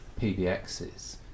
PBXs